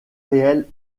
réelle